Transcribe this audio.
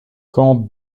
comte